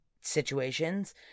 situations